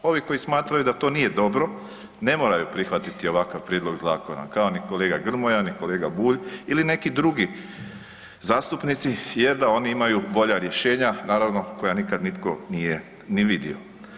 Ovi koji smatraju da to nije dobro, ne moraju prihvatiti ovakav prijedlog zakona kao ni kolega Grmoja ni kolega Bulj ili neki drugi zastupnici jer da oni imaju bolja rješenja, naravno koja nikad nitko nije ni vidio.